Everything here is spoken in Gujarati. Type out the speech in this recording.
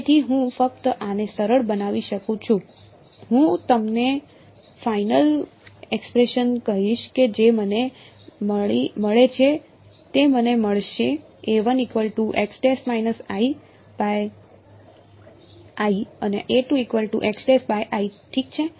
તેથી હું ફક્ત આને સરળ બનાવી શકું છું હું તમને ફાઇનલ એક્સપરેશન કહીશ કે જે મને મળે છે તે મને મળશે અને ઠીક છે